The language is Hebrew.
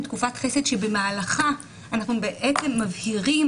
תקופת חסד שבמהלכה אנחנו בעצם מבהירים